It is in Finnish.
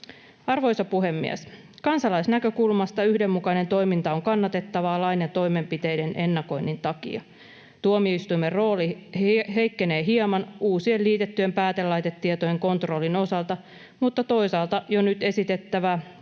Arvoisa puhemies! Kansalaisnäkökulmasta yhdenmukainen toiminta on kannatettavaa lain ja toimenpiteiden ennakoinnin takia. Tuomioistuimen rooli heikkenee hieman uusien liitettyjen päätelaitetietojen kontrollin osalta, mutta toisaalta jo nyt esitettävä